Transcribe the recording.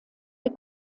der